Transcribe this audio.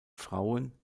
frauen